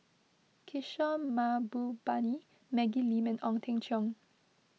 Kishore Mahbubani Maggie Lim and Ong Teng Cheong